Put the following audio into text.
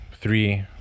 three